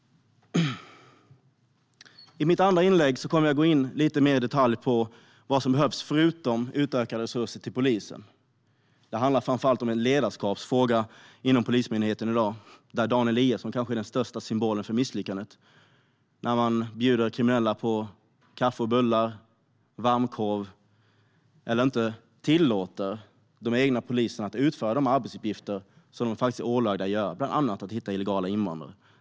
I mitt andra inlägg kommer jag att gå in lite mer i detalj på vad som behövs förutom utökade resurser till polisen. Det handlar i dag framför allt om en ledarskapsfråga inom Polismyndigheten, där Dan Eliasson kanske är den största symbolen för misslyckandet. Man bjuder kriminella på kaffe och bullar eller varmkorv och låter inte de egna poliserna utföra de arbetsuppgifter som de faktiskt är ålagda att göra, bland annat att hitta illegala invandrare.